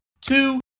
two